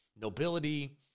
nobility